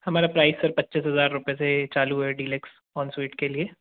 हमारा price sir पच्चीस हज़ार रुपये से चालू है डीलक्स ऑन स्वीट के लिए